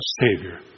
Savior